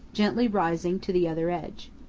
gently rising to the other edge.